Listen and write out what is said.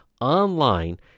online